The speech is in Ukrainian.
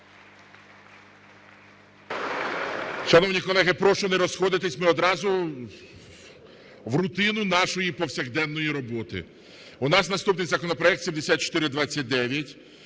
Шановні колеги, прошу не розходитися, ми одразу в рутину нашої повсякденної роботи. У нас наступний законопроект - 7429.